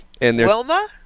Wilma